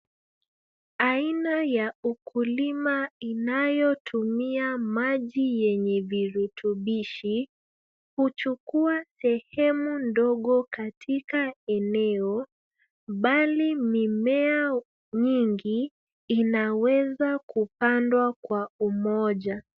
Aina ya ukulima inayotumia maji yenye virutubishi huchukua sehemu ndogo katika eneo bali mimea nyingi inaweza kupandwa kwa umoja.